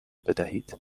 بدهید